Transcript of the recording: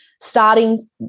starting